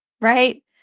right